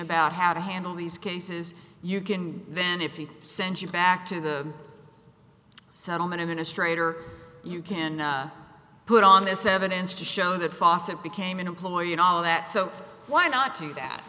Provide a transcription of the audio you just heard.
about how to handle these cases you can then if you send you back to the settlement in a straight or you can put on this evidence to show that fossett became an employee and all that so why not do that